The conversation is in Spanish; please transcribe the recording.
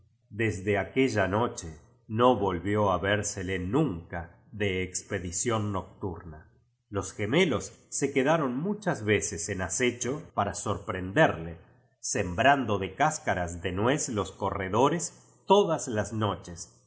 desde aquella noche no volvió a vérsele nunca de expedición nocturna los gemelos se quedaron muchas veces en acecho para sorprenderle sembrando de cás caras de nuez los corredores todas las noches